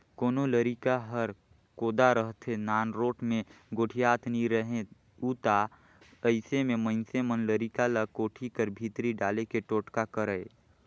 कोनो लरिका हर कोदा रहथे, नानरोट मे गोठियात नी रहें उ ता अइसे मे मइनसे मन लरिका ल कोठी कर भीतरी डाले के टोटका करय